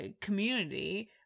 community